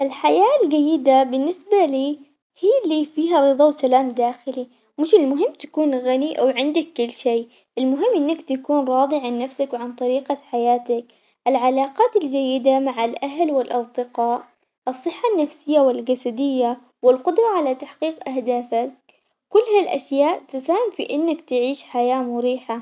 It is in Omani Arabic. الحياة الجيدة بالنسبة لي هي اللي فيها رضا وسلام داخلي، مش المهم تكون غني أو عندك كل شي المهم إنك تكون راضي عن نفسك وعن طريقة حياتك، العلاقات الجيدة مع الأهل والأصدقاء، الصحة النفسية والجسدية والقدرة على تحقيق أهدافك كل هالأشياء تساهم في إنك تعيش حياة مريحة.